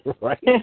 right